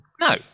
No